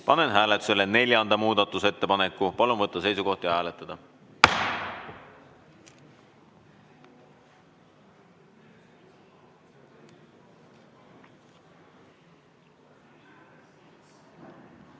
Panen hääletusele kümnenda muudatusettepaneku. Palun võtta seisukoht ja hääletada!